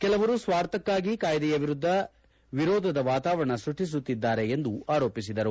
ಕೆಲವರು ಸ್ವಾರ್ಥಕ್ಕಾಗಿ ಕಾಯಿದೆಯ ವಿರುದ್ದ ವಿರೋಧದ ವಾತಾವರಣ ಸೃಷ್ಟಿಸುತ್ತಿದ್ದಾರೆ ಎಂದು ಆರೋಪಿಸಿದರು